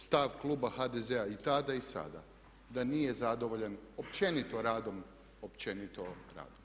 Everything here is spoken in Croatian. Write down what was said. Stav kluba HDZ-a i tada i sada da nije zadovoljan općenito radom, općenito radom.